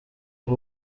برو